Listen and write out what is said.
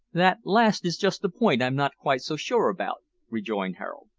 that last is just the point i'm not quite so sure about, rejoined harold.